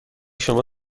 شما